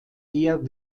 eher